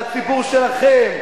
לציבור שלכם,